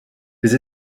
les